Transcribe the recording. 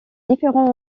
différents